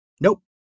nope